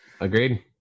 Agreed